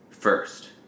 First